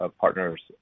partners